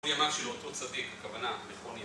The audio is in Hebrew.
מימיו של אותו צדיק, הכוונה לחוני המע...